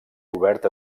cobert